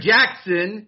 Jackson